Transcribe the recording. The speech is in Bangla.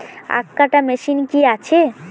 আখ কাটা মেশিন কি আছে?